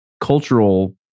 cultural